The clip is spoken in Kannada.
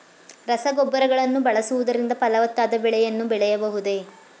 ರಸಗೊಬ್ಬರಗಳನ್ನು ಬಳಸುವುದರಿಂದ ಫಲವತ್ತಾದ ಬೆಳೆಗಳನ್ನು ಬೆಳೆಯಬಹುದೇ?